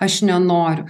aš nenoriu